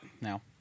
now